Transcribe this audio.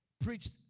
preached